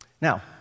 Now